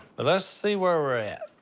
let's see where we're at.